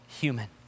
human